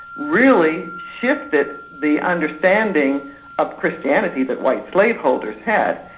really shifted the understanding of christianity that white slave holders had,